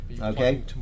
okay